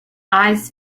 eyes